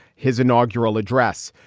his inaugural address.